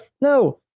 no